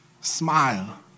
smile